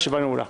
הישיבה נעולה.